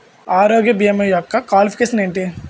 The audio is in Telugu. ఆరోగ్య భీమా యెక్క క్వాలిఫికేషన్ ఎంటి?